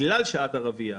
שבגלל שאת ערבייה,